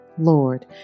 Lord